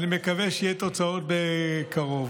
אני מקווה שיהיו תוצאות בקרוב.